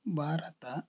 Bharat